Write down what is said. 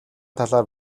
талаар